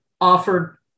offered